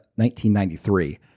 1993